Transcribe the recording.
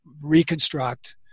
reconstruct